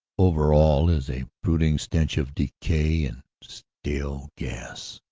over all is a brood ing stench of decay and stale gas.